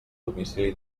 domicili